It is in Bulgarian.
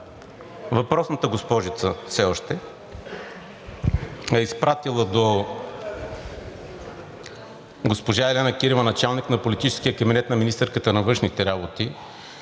въпросната госпожица – все още, е изпратила копие до госпожа Елена Кирева – началник на политическия кабинет на министърката на външните работи,